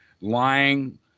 lying